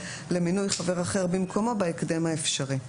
למינוי חבר אחר במקומו בהקדם האפשרי.